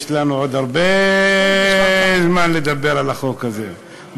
יש לנו עוד הרבה זמן לדבר על החוק הזה,